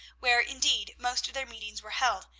where, indeed, most of their meetings were held,